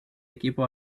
equipo